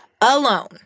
Alone